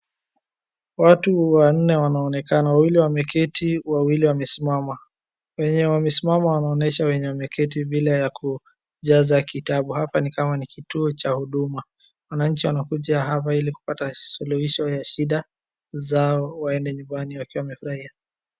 Watu wanne wanaonekana, wawili wameketi, wawili wamesimama. Wenye wamesimama wanaonyesha wenye wameketi vile ya kujaza kitabu. Hapa ni kama ni kituo cha huduma. Wananchi wanakuja hapa ili kupata suluhisho ya shida zao ili waende nyumbani wakiwa wamefurahia.